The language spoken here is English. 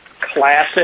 classic